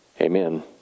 Amen